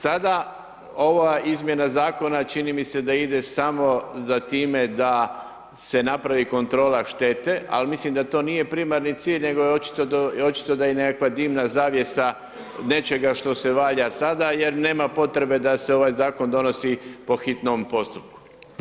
Sada ova izmjena zakona, čini mi se da ide samo za time, da se napravi kontrola štete, al mislim da to nije primarni cilj, nego očito da je nekakva divna zavjesa nečega što se valja sada, jer nema potrebe da se ovaj zakon donosi po hitnom postupku.